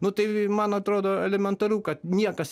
nu tai man atrodo elementaru kad niekas